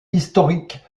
historiques